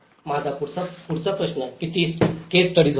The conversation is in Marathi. माझा पुढचा प्रश्न किती केस स्टडीज होता